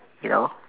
you know